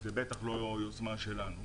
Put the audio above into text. זה בטח לא יוזמה שלנו.